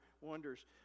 wonders